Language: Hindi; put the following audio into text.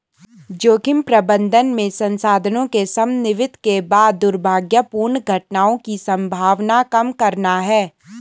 जोखिम प्रबंधन में संसाधनों के समन्वित के बाद दुर्भाग्यपूर्ण घटनाओं की संभावना कम करना है